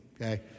okay